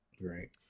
right